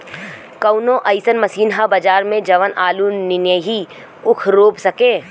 कवनो अइसन मशीन ह बजार में जवन आलू नियनही ऊख रोप सके?